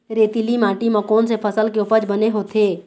रेतीली माटी म कोन से फसल के उपज बने होथे?